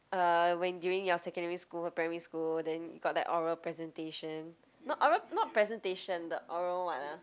uh when during your secondary school or primary school then you got the oral presentation not oral not presentation the oral [what] ah